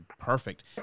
Perfect